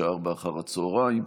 בשעה 16:00,